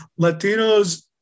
Latinos